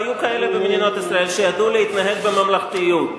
והיו כאלה במדינת ישראל שידעו להתנהג בממלכתיות.